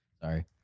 Sorry